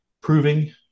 proving